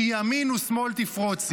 כי ימין ושמאול תפרֹצי".